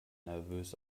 nervös